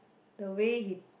the way he